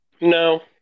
no